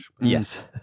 Yes